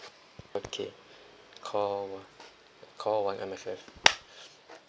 okay call one call one M_S_F